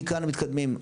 מכאן מתקדמים.